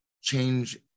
change